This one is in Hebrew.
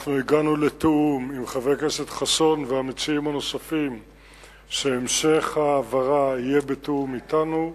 אנחנו הגענו לתיאום עם חבר הכנסת חסון שהמשך ההעברה יהיה בתיאום אתנו.